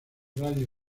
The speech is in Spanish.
radio